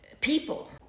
people